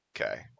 Okay